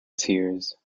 tears